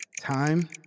Time